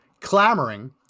clamoring